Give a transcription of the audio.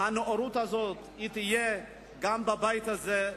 שהנאורות הזאת תהיה גם בבית הזה,